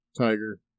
tiger